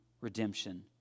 redemption